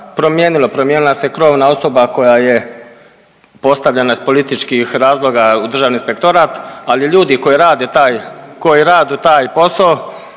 promijenila se krovna osoba koja je postavljena s političkih razloga u državni inspektorat, ali ljudi koji rade taj,